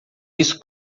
isso